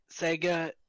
Sega